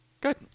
Good